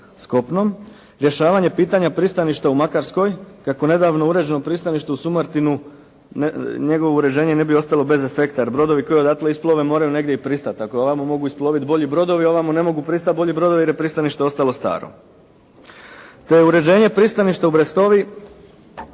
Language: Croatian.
kopnom. Rješavanje pitanja pristaništa u Makarskoj. Kako je nedavno uređeno pristanište u Sumartinu njegovo uređenje ne bi ostalo bez afekta, jer brodovi koji odatle isplove moraju negdje i pristati. Ako ovamo mogu isploviti bolji brodovi, ovamo ne mogu pristati bolji brodovi jer je pristanište ostalo staro. Te uređenje pristaništa u Brestovi